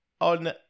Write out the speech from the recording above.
on